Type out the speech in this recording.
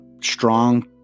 strong